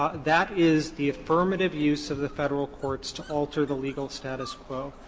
ah that is the affirmative use of the federal courts to alter the legal status quo.